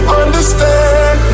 understand